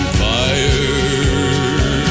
fire